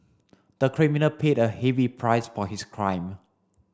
the criminal paid a heavy price for his crime